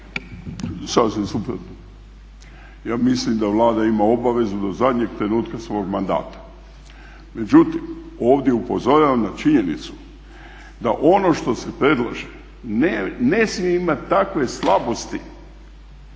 Sasvim suprotno. Ja mislim da Vlada ima obavezu do zadnjeg trenutka svog mandata. Međutim, ovdje upozoravam na činjenicu da ono što se predlaže ne smije imati takve slabosti